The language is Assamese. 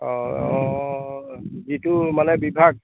অঁ অঁ যিটো মানে বিভাগ